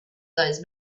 those